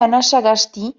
anasagasti